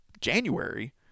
January